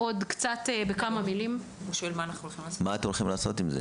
מה אתם הולכים לעשות עם זה?